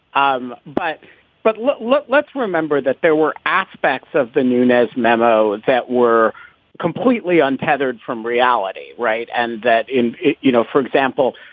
um but but look, let's remember that there were aspects of the nunez memo that were completely untethered from reality. right. and that in you know, for example,